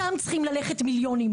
אני לא מכירה את מה שנאמר כאן,